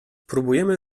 próbujemy